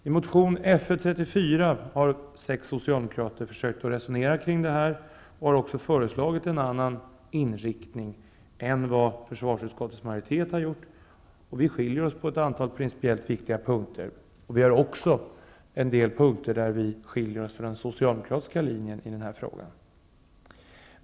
I motion Fö34 har sex socialdemokrater försökt resonera kring det här och har också föreslagit en annan inriktning än vad försvarsutskottets majoritet har gjort. Vi skiljer oss från utskottsmajoriteten på ett antal principiellt viktiga punkter, och det finns också punkter där vi skiljer oss från den socialdemokratiska linjen i försvarsutskottet.